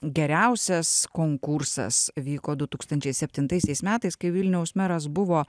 geriausias konkursas vyko du tūkstančiai septintaisiais metais kai vilniaus meras buvo